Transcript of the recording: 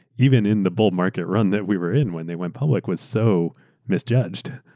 even in the bull market run that we were in when they went public, was so misjudged.